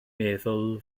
meddwl